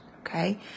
Okay